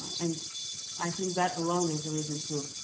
and i think that alone is a reason to